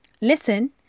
Listen